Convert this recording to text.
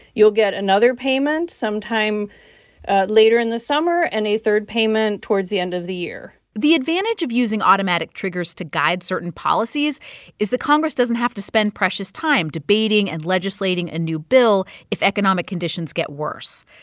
you'll get another payment sometime later in the summer and a third payment towards the end of the year the advantage of using automatic triggers to guide certain policies is that congress doesn't have to spend precious time debating and legislating a new bill if economic conditions get worse.